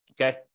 Okay